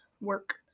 work